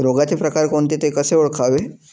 रोगाचे प्रकार कोणते? ते कसे ओळखावे?